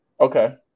Okay